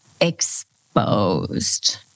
exposed